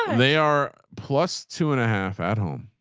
they are plus two and a half at home.